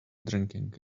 drinking